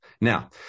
Now